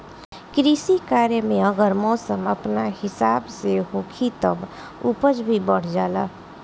कृषि कार्य में अगर मौसम अपना हिसाब से होखी तब उपज भी बढ़ जाला